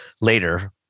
later